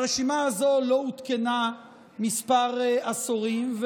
הרשימה הזו לא עודכנה כמה עשורים,